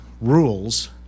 rules